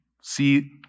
see